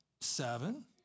seven